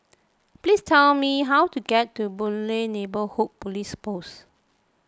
please tell me how to get to Boon Lay Neighbourhood Police Post